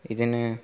बिदिनो